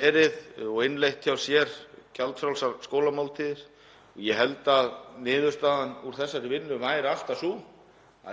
geti innleitt hjá sér gjaldfrjálsar skólamáltíðir. Ég held að niðurstaðan úr þessari vinnu væri alltaf sú